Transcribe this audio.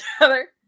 together